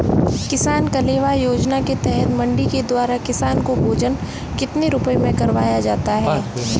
किसान कलेवा योजना के तहत मंडी के द्वारा किसान को भोजन कितने रुपए में करवाया जाता है?